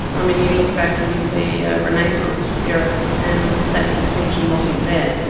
i mean, you look back in the renaissance era and that distinction wasn't there.